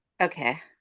Okay